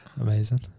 Amazing